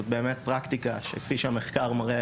זאת באמת פרקטיקה שכפי שהמחקר מראה,